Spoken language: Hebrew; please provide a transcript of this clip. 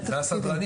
זה הסדרנים.